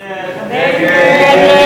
ההסתייגות של קבוצת סיעת חד"ש,